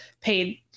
paid